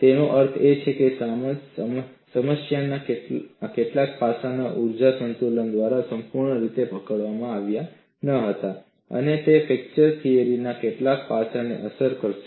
તેનો અર્થ એ છે કે સમસ્યાના કેટલાક પાસાને ઊર્જા સંતુલન દ્વારા સંપૂર્ણ રીતે પકડવામાં આવ્યા ન હતા અને તે ફ્રેક્ચર થિયરીના કેટલાક પાસાને અસર કરશે